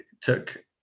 took